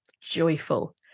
joyful